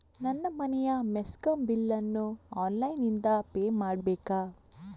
ನನ್ನ ಮನೆಯ ಮೆಸ್ಕಾಂ ಬಿಲ್ ಅನ್ನು ಆನ್ಲೈನ್ ಇಂದ ಪೇ ಮಾಡ್ಬೇಕಾ?